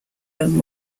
own